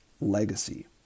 legacy